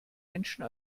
menschen